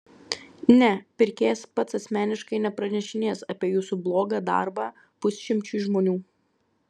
ne pirkėjas pats asmeniškai nepranešinės apie jūsų blogą darbą pusšimčiui žmonių